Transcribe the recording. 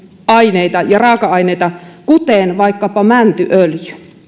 aineita ja raaka aineita kuten vaikkapa mäntyöljy